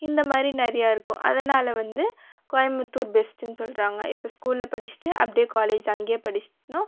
இந்த மாதிரி நிறையா இருக்கும் அதனால் வந்து கோயமுத்தூர் பெஸ்ட்டுனு சொல்கிறாங்க இப்போ ஸ்கூலில் படித்துட்டு அப்படியே காலேஜ் அங்கேயே படிச்சிட்டீனால்